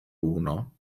uno